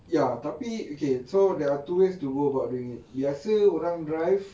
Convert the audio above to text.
ya tapi okay so there are two ways to go about doing it biasa orang drive